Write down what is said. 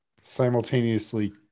simultaneously